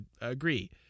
agree